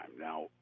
Now